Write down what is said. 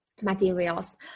materials